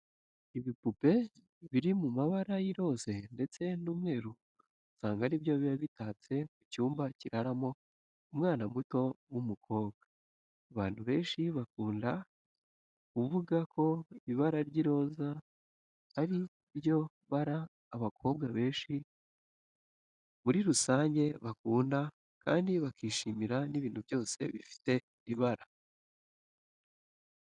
Ibipupe biri mu mabara y'iroze ndetse n'umweru usanga ari byo biba bitatse mu cyumba kiraramo umwana muto w'umukobwa. Abantu benshi bakunda kuvuga ko ibara ry'iroze ari ryo bara abakobwa benshi muri rusange bakunda kandi bakishimira n'ibintu byose bifite iri bara.